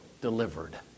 delivered